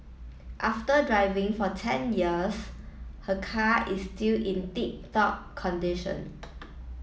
after driving for ten years her car is still in tip top condition